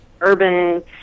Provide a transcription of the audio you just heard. urban